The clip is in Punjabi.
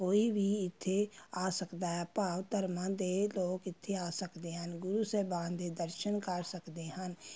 ਕੋਈ ਵੀ ਇੱਥੇ ਆ ਸਕਦਾ ਹੈ ਭਾਵ ਧਰਮਾਂ ਦੇ ਲੋਕ ਇੱਥੇ ਆ ਸਕਦੇ ਹਨ ਗੁਰੂ ਸਾਹਿਬਾਨ ਦੇ ਦਰਸ਼ਨ ਕਰ ਸਕਦੇ ਹਨ